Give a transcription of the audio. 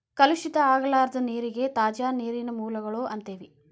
ಕಲುಷಿತ ಆಗಲಾರದ ನೇರಿಗೆ ತಾಜಾ ನೇರಿನ ಮೂಲಗಳು ಅಂತೆವಿ